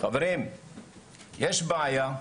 חברים יש בעיה,